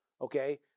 okay